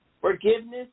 forgiveness